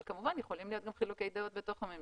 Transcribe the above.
אבל כמובן יכולים להיות גם חילוקי דעות בתוך הממשלה